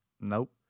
Nope